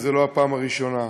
וזו לא הפעם הראשונה.